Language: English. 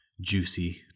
juicy